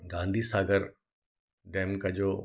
Gandhi Sagar dam का जो